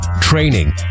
training